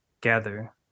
gather